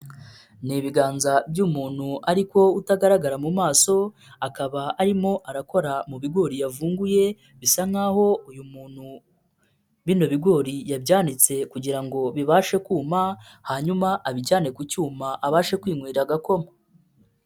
Ni ibiganza by'umuntu ariko utagaragara mu maso, akaba arimo arakora mu bigori yavunguye bisa nkaho uyu muntu bino bigori yabyanitse kugira ngo bibashe kuma, hanyuma abijyane ku cyuma abashe kwinywera agakoma.